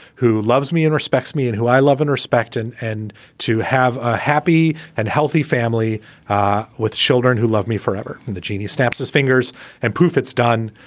who loves me and respects me and who i love and respect. and and to have a happy and healthy family with children who love me forever. when the genie snaps his fingers and poof, it's done.